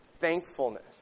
Thankfulness